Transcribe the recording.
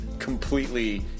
completely